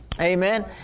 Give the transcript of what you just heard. Amen